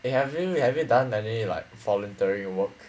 eh have you have you done any like voluntary work